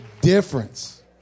difference